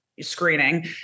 screening